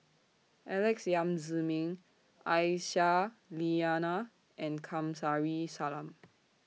Alex Yam Ziming Aisyah Lyana and Kamsari Salam